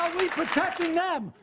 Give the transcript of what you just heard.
we protecting them?